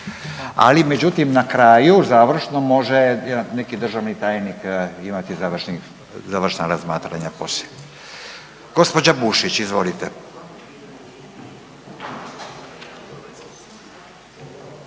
Ali međutim na kraju završno može neki državni tajnik imati završna razmatranja poslije. Gospođa Bušić izvolite.